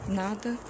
nada